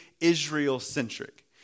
Israel-centric